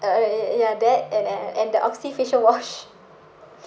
uh uh uh ya that and a~ and the oxy facial wash